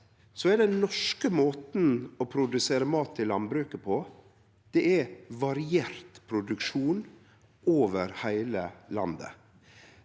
sett er den norske måten å produsere mat i landbruket på variert produksjon over heile landet.